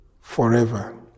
forever